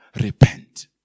repent